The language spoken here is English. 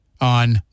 on